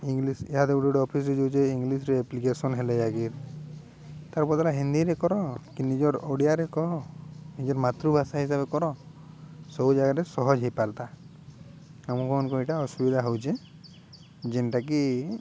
English ଇହାଦେ ଗୋଟେ ଗୋଟେ ଅଫିସ୍ରେ ଯାଉଛେ ଇଂଲିଶରେ ଆପ୍ଲିକେସନ୍ ହେଲେ ଯାଇକି ତାର୍ ବଦଲେ ହିନ୍ଦୀରେ କର କି ନିଜର ଓଡ଼ିଆରେ କର ନିଜର ମାତୃଭାଷା ହିସାବରେ କର ସବୁ ଜାଗାରେ ସହଜ ହେଇପାରତା ଆମକୁ କ'ଣ କି ଏଇଟା ଅସୁବିଧା ହେଉଛେ ଯେନ୍ଟାକି